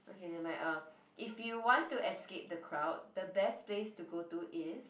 okay never mind um if you want to escape the crowd the best place to go to is